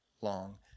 long